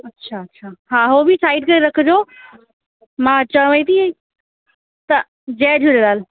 अच्छा अच्छा हा हो बि साइड करे रखिजो मां अचांवती त जय झूलेलाल